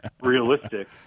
realistic